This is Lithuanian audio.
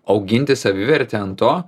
auginti savivertę ant to